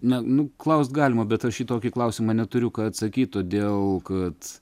ne nu klaust galima bet aš į tokį klausimą neturiu ką atsakyt todėl kad